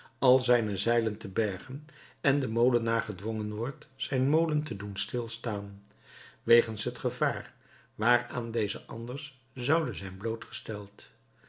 al zijne zeilen te bergen en de molenaar gedwongen wordt zijn molen te doen stil staan wegens het gevaar waaraan deze anders zoude zijn blootgesteld